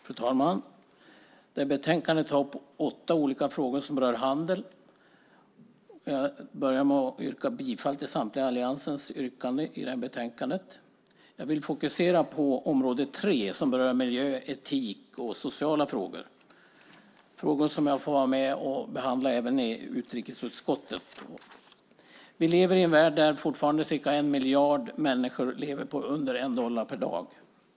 Fru talman! Detta betänkande tar upp åtta olika frågor som rör handel. Jag börjar med att yrka bifall till alliansens samtliga yrkanden i betänkandet. Jag vill fokusera på område 3 som berör miljö, etik och sociala frågor. Det är frågor som jag får vara med och behandla även i utrikesutskottet. Vi lever i en värld där fortfarande cirka en miljard människor lever på under 1 dollar per dag.